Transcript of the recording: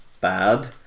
bad